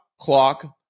clock